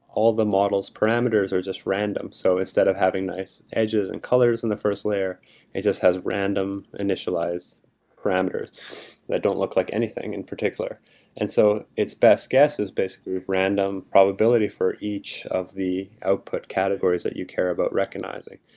all the models parameters are just random. so instead of having nice edges and colors in the first layer it just has random initialized parameters that don't look like anything in particular and so its best guest is basically random probability for each of the output categories that you care about recognizing.